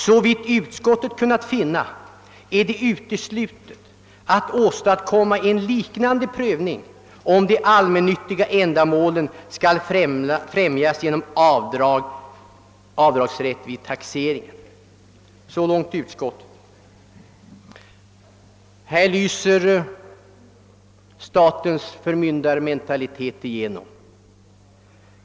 Såvitt utskottet kunnat finna är det uteslutet att åstadkomma en liknande prövning, om de allmännyttiga ändamålen skall främjas genom avdragsrätt vid taxeringen.» Här lyser statens förmyndarmentalitet igenom.